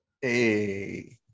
hey